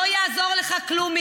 לא יעזור לך כלום.